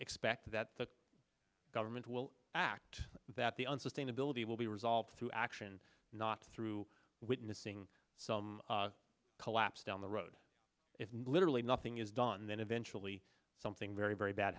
expect that the government will act that the unsustainability will be resolved through action not through witnessing some collapse down the road if not literally nothing is done and then eventually something very very bad